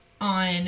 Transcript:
on